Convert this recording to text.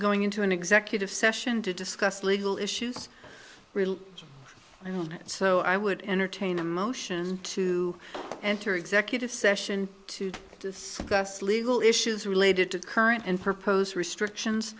going into an executive session to discuss legal issues real so i would entertain a motion to enter executive session to discuss legal issues related to current and propose restrictions